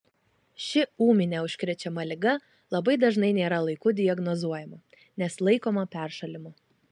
ši ūminė užkrečiama liga labai dažnai nėra laiku diagnozuojama nes laikoma peršalimu